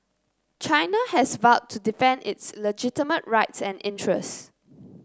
China has vowed to defends its legitimate rights and interests